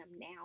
now